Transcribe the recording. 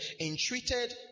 entreated